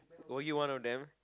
were you one of them